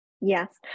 Yes